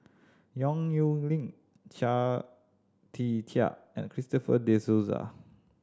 Yong Nyuk Lin Chia Tee Chiak and Christopher De Souza